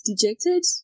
dejected